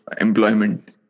employment